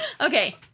Okay